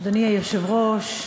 אדוני היושב-ראש,